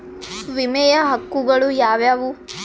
ವಿಮೆಯ ಹಕ್ಕುಗಳು ಯಾವ್ಯಾವು?